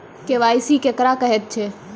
KYC केकरा कहैत छै?